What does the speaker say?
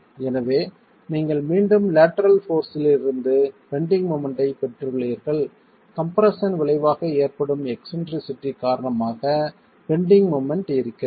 எனவே நீங்கள் மீண்டும் லேட்டரல் போர்ஸ்ஸிலிருந்து பெண்டிங் மொமெண்ட் ஐப் பெற்றுள்ளீர்கள் கம்ப்ரெஸ்ஸன் விளைவாக ஏற்படும் எக்ஸ்ன்ட்ரிசிட்டி காரணமாக பெண்டிங் மொமெண்ட் இருக்கிறது